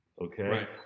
Okay